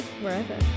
wherever